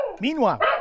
Meanwhile